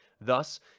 Thus